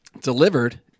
delivered